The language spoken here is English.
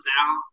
out